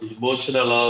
emotional